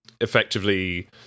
effectively